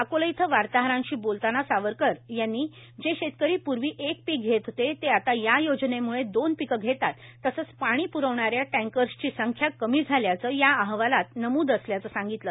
अकोला इथं वार्ताहरांशी बोलताना सावरकर यांनी जे शेतकरी पूर्वी एक पीक घेत होते ते आता या योजनेम्ळे दोन पीकं धेतात तसंच पाणी प्रवणाऱ्या टँकर्सची संख्या कमी झाल्याचं या अहवालात नमूद असल्याचं सांगितलं